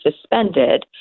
suspended